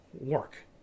work